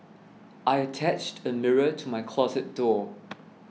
I attached a mirror to my closet door